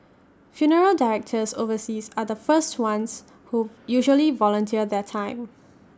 funeral directors overseas are the first ones who usually volunteer their time